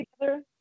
together